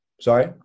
Sorry